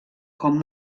com